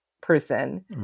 person